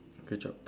good job